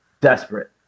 desperate